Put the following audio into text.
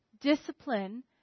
Discipline